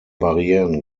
barrieren